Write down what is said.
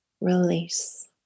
Release